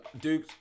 duke